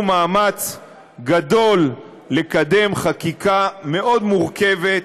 מאמץ גדול לקדם חקיקה מאוד מורכבת,